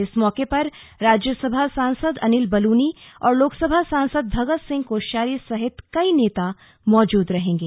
इस मौके पर राज्यसभा सांसद अनिल बलूनी और लोकसभा सांसद भगत सिंह कोश्यारी सहित कई नेता मौजूद रहेंगे